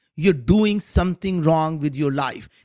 you're doing something wrong with your life.